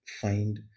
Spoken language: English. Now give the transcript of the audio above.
find